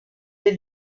des